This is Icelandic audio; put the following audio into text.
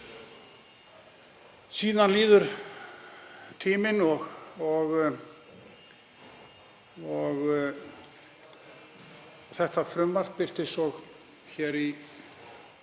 Síðan líður tíminn og þetta frumvarp birtist svo hér í